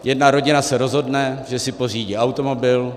Jedna rodina se rozhodne, že si pořídí automobil.